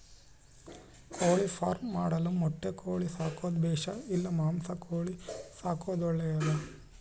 ಕೋಳಿಫಾರ್ಮ್ ಮಾಡಲು ಮೊಟ್ಟೆ ಕೋಳಿ ಸಾಕೋದು ಬೇಷಾ ಇಲ್ಲ ಮಾಂಸದ ಕೋಳಿ ಸಾಕೋದು ಒಳ್ಳೆಯದೇ?